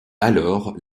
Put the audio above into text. alors